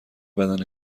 بدن